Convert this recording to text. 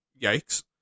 Yikes